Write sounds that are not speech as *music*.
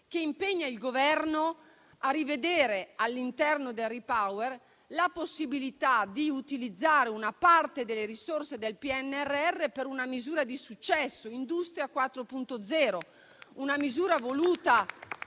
che impegna il Governo a rivedere, all'interno del Repower EU, la possibilità di utilizzare una parte delle risorse del PNRR per una misura di successo, Industria 4.0, *applause* voluta